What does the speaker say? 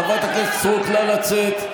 חברת הכנסת סטרוק, נא לצאת.